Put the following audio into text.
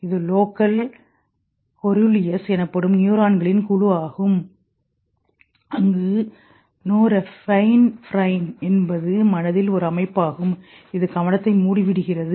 இது லோகஸ் கோரூலியஸ்எனப்படும் நியூரான்களின் குழு ஆகும் அங்கு நோர்பைன்ப்ரைன் என்பது மனதின் ஒரு அமைப்பாகும் இது கவனத்தை மூடிவிடுகிறது